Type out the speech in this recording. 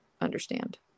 understand